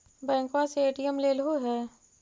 बैंकवा से ए.टी.एम लेलहो है?